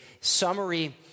summary